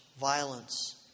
violence